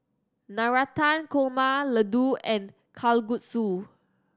Navratan Korma Ladoo and Kalguksu